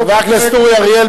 חבר הכנסת אורי אריאל,